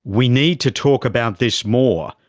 we need to talk about this more,